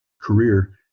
career